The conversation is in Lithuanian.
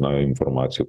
na informacija